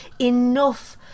enough